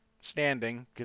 standing